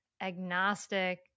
agnostic